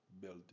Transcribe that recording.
build